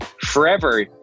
forever